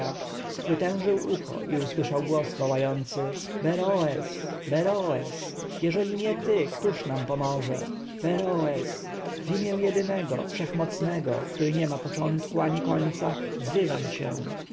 wytężył ucho i usłyszał głos wołający beroes beroes jeżeli nie ty któż nam pomoże beroes w imię jedynego wszechmocnego który nie ma początku ani końca wzywam cię